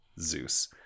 Zeus